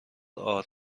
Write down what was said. ارد